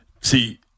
see